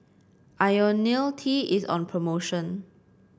IoniL T is on promotion